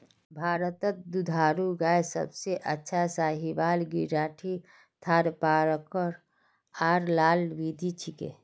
भारतत दुधारू गायत सबसे अच्छा साहीवाल गिर राठी थारपारकर आर लाल सिंधी छिके